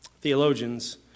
theologians